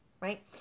right